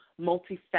multifaceted